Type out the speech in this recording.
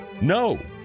no